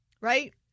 Right